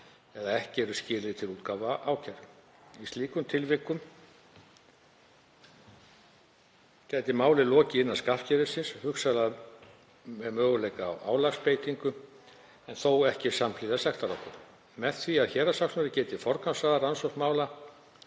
eða ekki eru skilyrði til útgáfu ákæru. Í slíku tilviki gæti málinu lokið innan skattkerfisins, hugsanlega með möguleika á álagsbeitingu en þó ekki samhliða sektarákvörðun. Með því að héraðssaksóknari geti forgangsraðað rannsókn mála